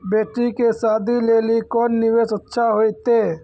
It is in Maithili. बेटी के शादी लेली कोंन निवेश अच्छा होइतै?